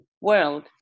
world